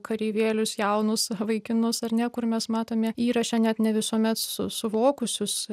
kareivėlius jaunus vaikinus ar ne kur mes matome įraše net ne visuomet su suvokusius